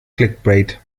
clickbait